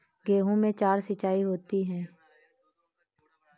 गेहूं में चार सिचाई होती हैं